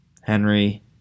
Henry